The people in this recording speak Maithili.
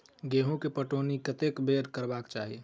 गेंहूँ केँ पटौनी कत्ते बेर करबाक चाहि?